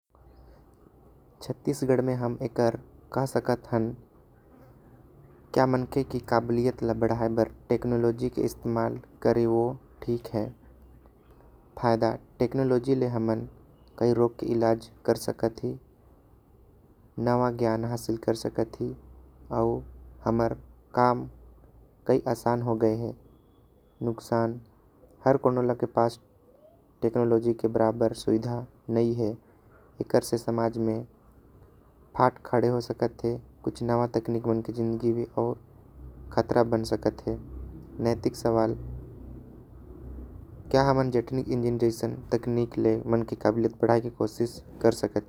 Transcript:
छत्तीसगढ़ में हम एकर कह सकत हन क्या मनके ले। काबिलियत ल बढ़ाई बार टर्मिनोलॉजी के इस्तेमाल करे। ओ ठीक है फायदा टेक्नालॉजी ले हमन कई रोग के इलाज कर सकत। ही नवा ज्ञान हासिल कर सकत ही आऊ हमर काम कई। आसान हो गए है नुकसान हर कोनो ल के पास। टेक्नालॉजी के बराबर सुविधा नई हे एकर ले। समाज म हट खड़े हो सकत हे नवा तकनीक मन के जिंदगी भी आऊ। खतरा बन सकत हे नैतिक सवाल क्या हमन जेठनीइंक्रेशन तकनीक ले। मनके के काबिलियत बढ़ाई के कोशिश कर सकत ही।